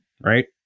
right